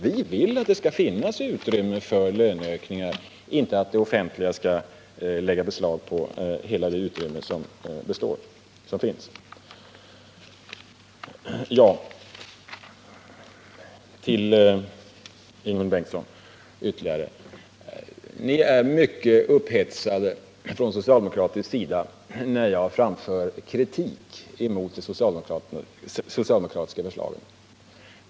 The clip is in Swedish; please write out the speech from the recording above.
Vi vill att det skall finnas utrymme för löneökningar och att inte det offentliga skall lägga beslag på hela detta utrymme. Till Ingemund Bengtsson vill jag säga ytterligare följande. Ni blir på socialdemokratiskt håll mycket upphetsade när jag framför kritik mot det socialdemokratiska förslaget.